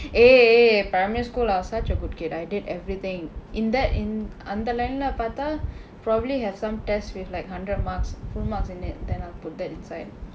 eh primary school I was such a good kid I did everything in that in அந்த:andtha line-lae பார்த்தா:paarththaa probably have some test with like hundred marks full marks in it then I'll put that inside